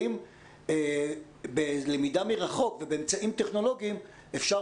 האם בלמידה מרחוק ובאמצעים טכנולוגיים אפשר